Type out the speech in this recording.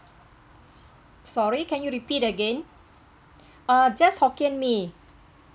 sorry can you repeat again uh just hokkien mee